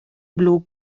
blu